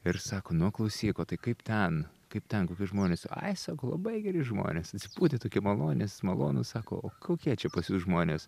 ir sako nu klausyk o tai kaip ten kaip ten kokie žmonės ai sako labai geri žmonės atsipūtę tokie malonės malonūs sako o kokie čia pas jus žmonės